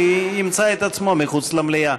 כי הוא ימצא את עצמו מחוץ למליאה.